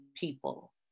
people